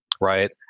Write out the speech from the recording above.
right